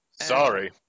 Sorry